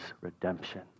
redemption